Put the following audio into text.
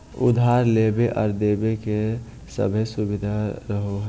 उधार लेबे आर देबे के सभै सुबिधा रहो हइ